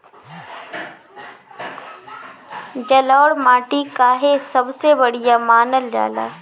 जलोड़ माटी काहे सबसे बढ़िया मानल जाला?